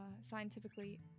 scientifically